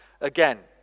again